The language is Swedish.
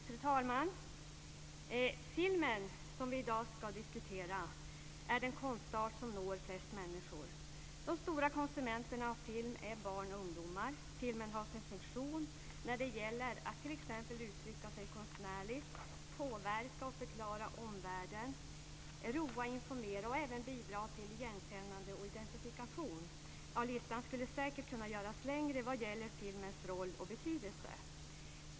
Fru talman! Film, som vi i dag ska diskutera, är den konstart som når flest människor. De stora konsumenterna av film är barn och ungdomar. Filmen har sin funktion när det gäller att t.ex. uttrycka sig konstnärligt, påverka och förklara omvärlden, roa, informera och även bidra till igenkännande och identifikation. Listan skulle säkert kunna göras längre vad gäller filmens roll och betydelse.